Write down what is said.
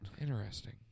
Interesting